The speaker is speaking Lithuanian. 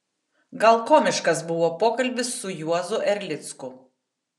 gal komiškas buvo pokalbis su juozu erlicku